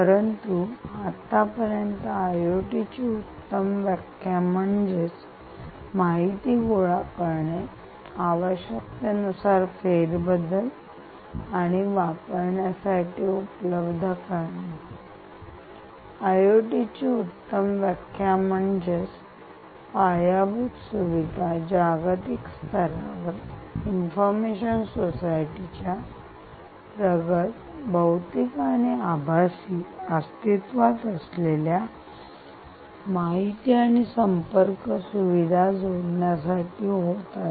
परंतु आतापर्यंत आयओटी ची उत्तम व्याख्या म्हणजे माहिती गोळा करणे आवश्यकतेनुसार फेरबदल आणि वापरण्यासाठी उपलब्ध करणे आयओटी चे उत्तम व्याख्या म्हणजे पायाभूत सुविधा जागतिक स्तरांवर इन्फॉर्मेशन सोसायटीचा प्रगत भौतिक आणि आभासी अस्तित्वात असलेल्या माहिती आणि संपर्क सुविधा जोडण्यासाठी होत आहे